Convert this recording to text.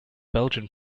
belgian